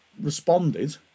responded